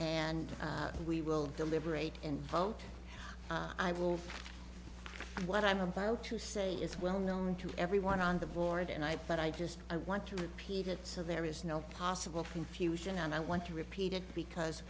board and we will deliberate and vote i will what i'm about to say is well known to everyone on the board and i but i just i want to repeat it so there is no possible from fusion and i want to repeat it because